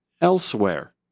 elsewhere